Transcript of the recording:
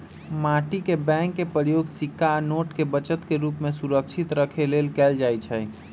माटी के बैंक के प्रयोग सिक्का आ नोट के बचत के रूप में सुरक्षित रखे लेल कएल जाइ छइ